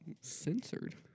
censored